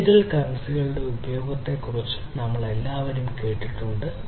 digital കറൻസികളുടെ ഉപയോഗത്തെക്കുറിച്ച് നമ്മൾ എല്ലാവരും കേട്ടിട്ടുണ്ട്